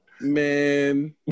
man